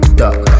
duck